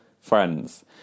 friends